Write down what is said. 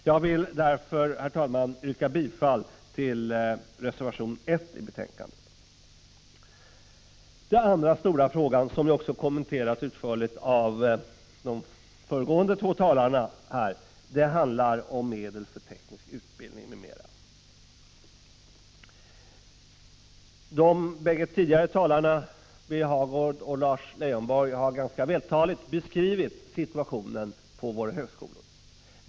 Jag vill därför, herr talman, yrka bifall till reservation 1 i betänkandet. Den andra stora frågan, som också kommenterats utförligt av de föregående två talarna, gäller medel för teknisk utbildning m.m. Birger Hagård och Lars Leijonborg har här ganska vältaligt beskrivit situationen på våra högskolor.